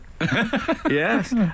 Yes